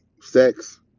sex